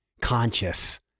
conscious